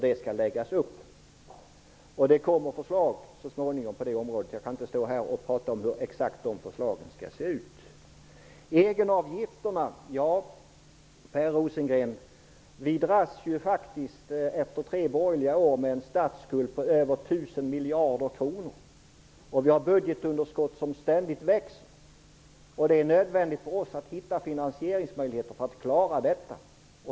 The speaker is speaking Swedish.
Så småningom kommer det förslag, men jag kan inte nu exakt säga hur de förslagen skall se ut. När det gäller egenavgifterna, Per Rosengren, dras vi nu efter tre borgerliga regeringsår faktiskt med en statsskuld på över 1 000 miljarder kronor. Dessutom växer vårt budgetunderskott ständigt. Därför är det nödvändigt att vi hittar finansieringsmöjligheter så att vi kan klara detta.